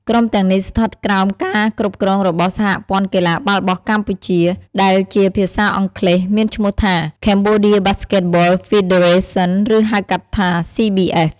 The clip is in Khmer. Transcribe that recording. ក្រុមទាំងនេះស្ថិតក្រោមការគ្រប់គ្រងរបស់ សហព័ន្ធកីឡាបាល់បោះកម្ពុជា ដែលជាភាសាអង់គ្លេសមានឈ្មោះថា Cambodia Basketball Federation ឬហៅកាត់ថា CBF។